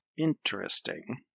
Interesting